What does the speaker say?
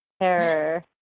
terror